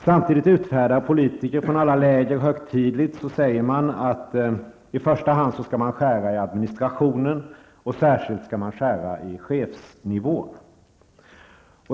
Samtidigt säger politiker från alla läger högtidligt att man i första hand skall skära i administrationen och särskilt på chefsnivån.